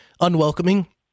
unwelcoming